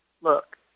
look